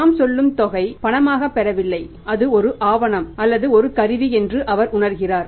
நாம் சொல்லும் தொகை பணமாக பெறவில்லை அது ஒரு ஆவணம் அல்லது ஒரு கருவி என்று அவர் உணர்கிறார்